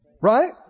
right